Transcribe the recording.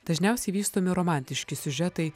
dažniausiai vystomi romantiški siužetai